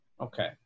Okay